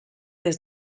des